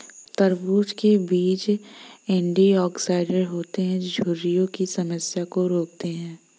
तरबूज़ के बीज एंटीऑक्सीडेंट होते है जो झुर्रियों की समस्या को रोकते है